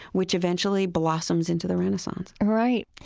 which eventually blossoms into the renaissance right.